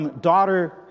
daughter